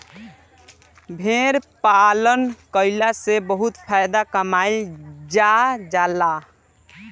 भेड़ पालन कईला से बहुत फायदा कमाईल जा जाला